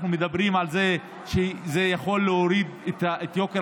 אנחנו מדברים על זה שזה יכול להוריד את יוקר